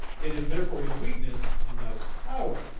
it is therefore his weakness, and not his power,